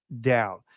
down